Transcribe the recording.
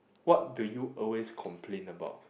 what do you always complain about